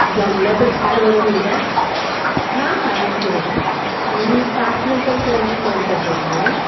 जमलं तर फार बरं होईल हां हां नक्की नक्की मग मी पाच नंतर सर मी फोन करते तुम्हाला